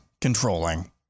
controlling